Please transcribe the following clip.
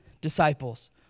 disciples